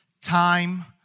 time